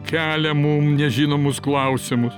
kelia mum nežinomus klausimus